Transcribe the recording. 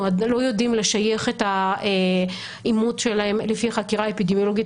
לא יודעים לשייך את האימות שלהם לפי חקירה אפידמיולוגית